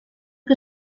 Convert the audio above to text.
que